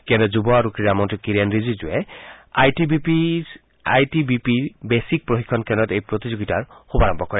কেন্দ্ৰীয় যুৱ আৰু ক্ৰীড়া মন্ত্ৰী কিৰেণ ৰিজিজুৱে আই টি বি পিৰ বেচিক প্ৰশিক্ষণ কেন্দ্ৰত এই প্ৰতিযোগিতাৰ শুভাৰম্ভ কৰে